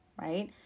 right